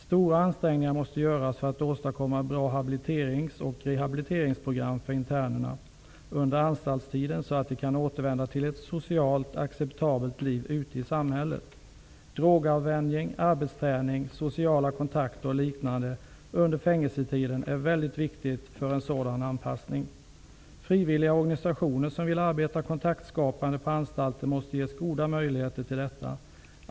Stora ansträngningar måste göras för att åstadkomma bra habiliterings och rehabiliteringsprogram för internerna under anstaltstiden, så att de kan återvända till ett socialt acceptabelt liv ute i samhället. Drogavvänjning, arbetsträning, sociala kontakter och liknande under fängelsetiden är väldigt viktigt för en sådan anpassning. Frivilliga organisationer som vill arbeta kontaktskapande på anstalter måste ges goda möjligheter till detta.